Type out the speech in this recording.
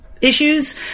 issues